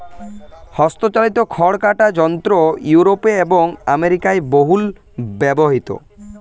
হস্তচালিত খড় কাটা যন্ত্র ইউরোপে এবং আমেরিকায় বহুল ব্যবহৃত